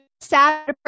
sad